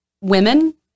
women